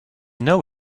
know